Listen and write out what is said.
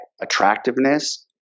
attractiveness